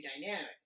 dynamic